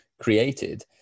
created